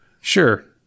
Sure